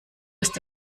ist